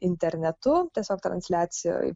internetu tiesiog transliacijoj